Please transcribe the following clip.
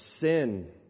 sin